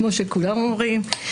כמו שכולם אומרים.